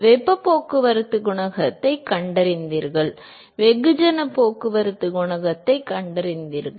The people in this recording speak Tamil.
வெப்பப் போக்குவரத்துக் குணகத்தைக் கண்டறிந்தீர்கள் வெகுஜனப் போக்குவரத்துக் குணகத்தைக் கண்டறிந்தீர்கள்